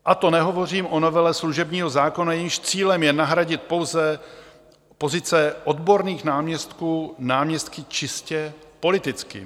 A to nehovořím o novele služebního zákona, jejímž cílem je nahradit pouze pozice odborných náměstků náměstky čistě politickými.